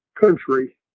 country